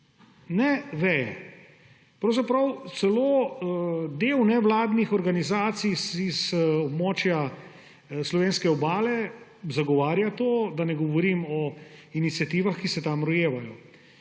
Ne veje. Pravzaprav celo del nevladnih organizacij z območja slovenske Obale zagovarja to, da ne govorim o iniciativah, ki se tam rojevajo.